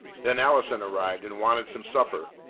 then allison arrived, and wanted some supper.